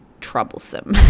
troublesome